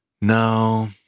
No